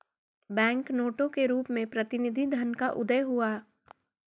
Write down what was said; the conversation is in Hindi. बैंक नोटों के रूप में प्रतिनिधि धन का उदय हुआ